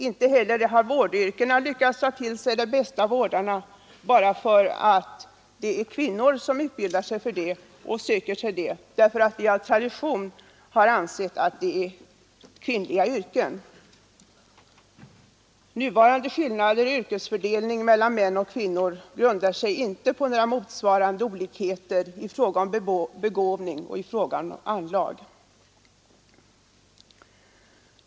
Inte heller har vårdyrkena lyckats dra till sig de bästa vårdarna bara för att det är kvinnor som utbildar sig på det området och söker sig dit, eftersom vi av tradition anser att det är kvinnliga yrken. Nuvarande skillnader i yrkesfördelning mellan män och kvinnor grundar sig inte på några motsvarande olikheter i fråga om begåvning och anlag.